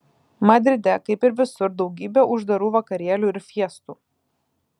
madride kaip ir visur daugybė uždarų vakarėlių ir fiestų